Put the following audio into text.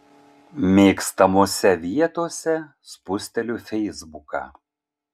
mėgstamose vietose spusteliu feisbuką